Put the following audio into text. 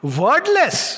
wordless